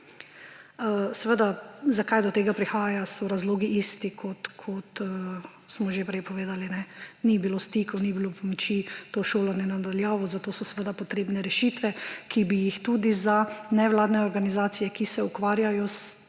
Seveda, zakaj do tega prihaja, so razlogi isti, kot smo že prej povedali: ni bilo stikov, ni bilo pomoči, to šolanje na daljavo, zato so potrebne rešitve. Tudi za nevladne organizacije, ki se ukvarjajo